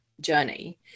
journey